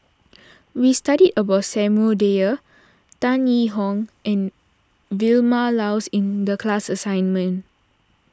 we studied about Samuel Dyer Tan Yee Hong and Vilma Laus in the class assignment